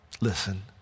listen